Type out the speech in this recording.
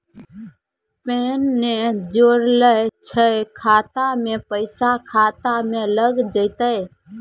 Pan ने जोड़लऽ छै खाता मे पैसा खाता मे लग जयतै?